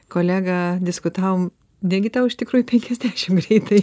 kolega diskutavom negi tau iš tikrųjų penkiasdešimt greitai